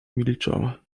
milczała